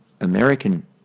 American